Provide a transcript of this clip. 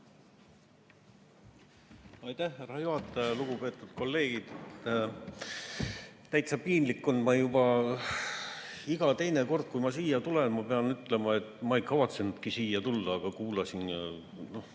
Aitäh, härra juhataja! Lugupeetud kolleegid! Täitsa piinlik on, ma juba iga teine kord, kui siia tulen, pean ütlema, et ma ei kavatsenudki siia tulla, aga kuulasin,